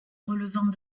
relevant